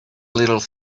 little